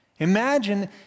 Imagine